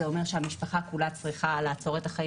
זה אומר שהמשפחה כולה צריכה לעצור את החיים